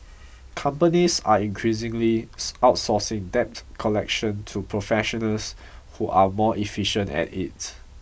companies are increasingly outsourcing debt collection to professionals who are more efficient at it